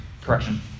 correction